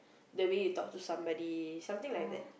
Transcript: the way you talk to somebody something like that